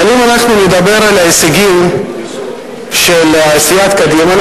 אבל אם אנחנו נדבר על ההישגים של סיעת קדימה,